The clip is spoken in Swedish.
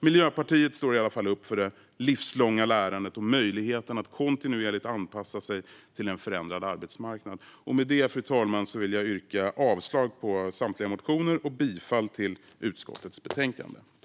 Miljöpartiet står upp för det livslånga lärandet och möjligheten att kontinuerligt anpassa sig till en förändrad arbetsmarknad. Med detta vill jag yrka avslag på samtliga motioner och bifall till utskottets förslag i betänkandet.